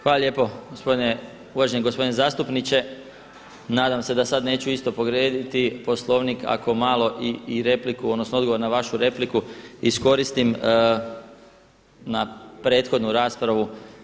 Hvala lijepo uvaženi gospodine zastupniče, nadam se da sad isto neću povrijediti Poslovnik ako malo i repliku, odnosno odgovor na vašu repliku iskoristim na prethodnu raspravu.